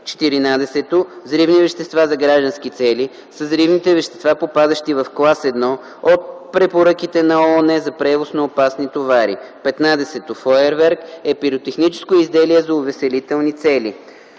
14. „Взривни вещества за граждански цели“ са взривните вещества, попадащи в Клас I от Препоръките на ООН за превоз на опасни товари. 15. „Фойерверк“ е пиротехническо изделие за увеселителни цели.